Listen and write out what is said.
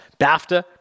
BAFTA